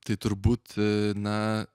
tai turbūt na